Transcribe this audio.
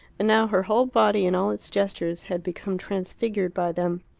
and now her whole body and all its gestures had become transfigured by them.